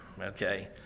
okay